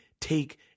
take